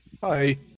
Hi